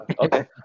Okay